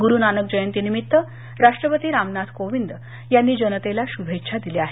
गुरुनानक जयंती निमित्त राष्ट्रपती रामनाथ कोविंदयांनी जनतेला शुभेच्छा दिल्या आहेत